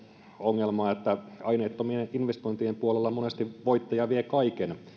ongelma että aineettomien investointien puolella monesti voittaja vie kaiken